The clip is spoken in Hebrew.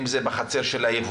אם זה בחצר של היבואן,